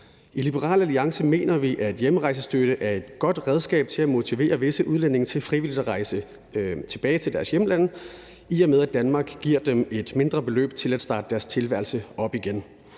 I Liberal Alliance mener vi, at hjemrejsestøtte er et godt redskab til at motivere visse udlændinge til frivilligt at rejse tilbage til deres hjemlande, ved at Danmark giver dem et mindre beløb til at starte deres tilværelse op igen.